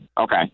Okay